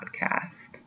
podcast